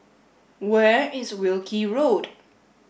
where is Wilkie Road